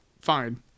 fine